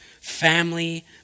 family